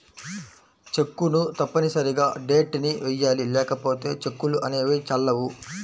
చెక్కును తప్పనిసరిగా డేట్ ని వెయ్యాలి లేకపోతే చెక్కులు అనేవి చెల్లవు